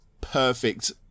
perfect